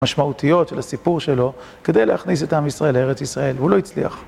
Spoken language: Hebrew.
משמעותיות של הסיפור שלו, כדי להכניס את עם ישראל לארץ ישראל, הוא לא הצליח.